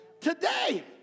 today